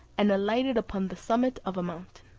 and alighted upon the summit of a mountain.